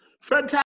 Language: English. Fantastic